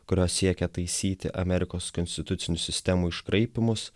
kuriuos siekia taisyti amerikos konstitucinių sistemų iškraipymus